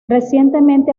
recientemente